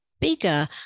bigger